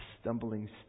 stumbling